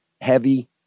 heavy